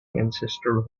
ancestral